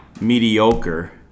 Mediocre